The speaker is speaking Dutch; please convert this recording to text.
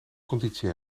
conditie